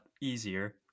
easier